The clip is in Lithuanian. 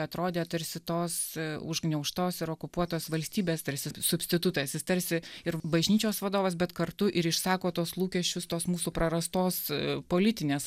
atrodė tarsi tos užgniaužtos ir okupuotos valstybės tarsi substitutas jis tarsi ir bažnyčios vadovas bet kartu ir išsako tuos lūkesčius tos mūsų prarastos politinės